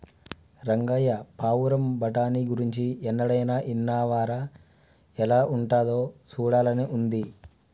రంగయ్య పావురం బఠానీ గురించి ఎన్నడైనా ఇన్నావా రా ఎలా ఉంటాదో సూడాలని ఉంది